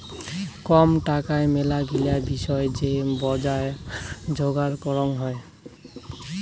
কম টাকায় মেলাগিলা বিষয় যে বজার যোগার করাং হই